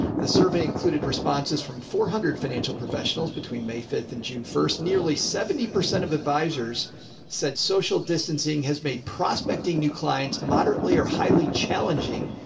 the survey included responses from four hundred financial professionals between may fifth and june first, nearly seventy percent of advisors said social distancing has made prospecting new clients, moderately or highly challenging,